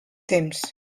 temps